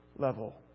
level